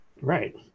Right